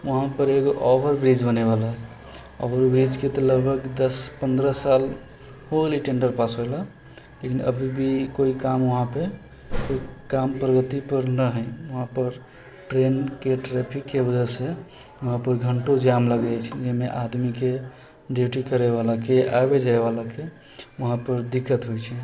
वहाँपर एगो ओवरब्रिज बनैवला हइ ओवरब्रिजके तऽ लगभग दस पनरह साल हो गेलै टेन्डर पास होला लेकिन अभी भी कोइ काम वहाँपर कोइ काम प्रगतिपर नहि हइ वहाँपर ट्रेनके ट्रैफ़िकके वजहसँ वहाँपर घन्टो जाम लगै छै जाहिमे आदमीके ड्यूटी करैवलाके आबै जाइवलाके वहाँपर दिक्कत होइ छै